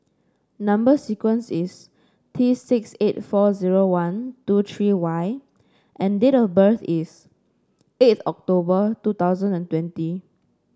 number sequence is T six eight four zero one two three Y and date of birth is eighth October two thousand and twenty